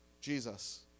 Jesus